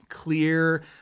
Clear